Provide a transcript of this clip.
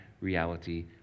reality